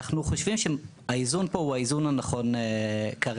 אנחנו חושבים שהאיזון פה הוא האיזון הנכון כרגע.